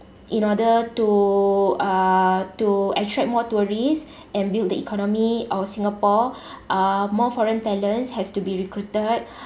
in order to uh to attract more tourists and build the economy of singapore uh more foreign talent has to be recruited